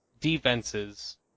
defenses